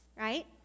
right